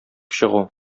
чыгу